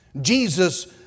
Jesus